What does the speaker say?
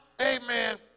amen